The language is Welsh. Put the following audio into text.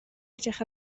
edrych